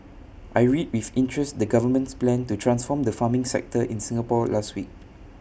I read with interest the government's plan to transform the farming sector in Singapore last week